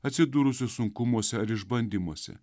atsidūrusius sunkumuose ar išbandymuose